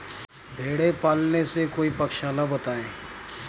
भेड़े पालने से कोई पक्षाला बताएं?